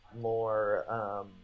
more